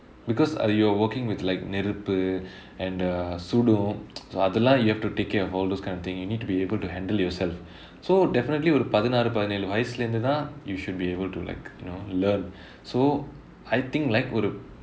because ah you are working with like நெருப்பு:neruppu and uh சுடும்:sudum so அதுலாம்:athulaam you have to take care of all those kind of thing you need to be able to handle yourself so definitely ஒரு பதினாறு பதினேலு வயசுலைதான்:oru pathinaaru pathinaelu vayasulaithaan you should be able to like you know learn so I think like ஒரு:oru